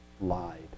lied